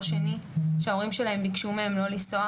שני שההורים שלהם ביקשו מהם לא לנסוע.